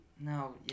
No